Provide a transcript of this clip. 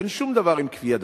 אין שום דבר עם כפייה דתית.